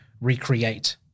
recreate